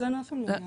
אצלנו אף פעם לא היה.